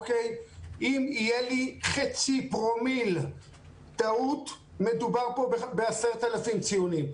חצי פרומיל טעות זה 10,000 ציונים.